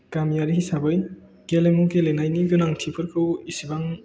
गामियारि हिसाबै गेलेमु गेलेनायनि गोनांथिफोरखौ एसेबां